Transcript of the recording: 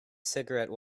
cigarette